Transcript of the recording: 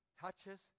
touches